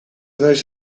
naiz